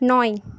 নয়